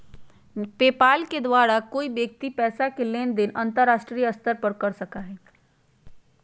PayPal के द्वारा कोई व्यक्ति पैसा के लेन देन अंतर्राष्ट्रीय स्तर पर कर सका हई